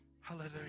Hallelujah